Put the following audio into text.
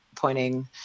Pointing